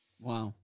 Wow